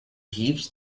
heaps